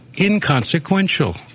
inconsequential